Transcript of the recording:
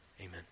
Amen